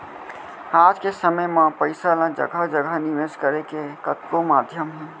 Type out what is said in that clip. आज के समे म पइसा ल जघा जघा निवेस करे के कतको माध्यम हे